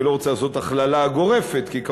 אני לא רוצה לעשות הכללה גורפת כי,